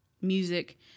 music